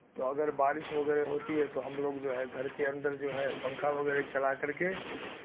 تو اگر بارش وغیرہ ہوتی ہے تو ہم لوگ جو ہے گھر کے اندر جو ہے پنکھا وغیرہ چلا کر کے